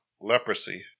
leprosy